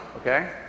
okay